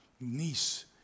niece